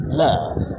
love